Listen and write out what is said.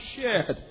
shared